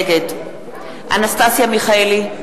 נגד אנסטסיה מיכאלי,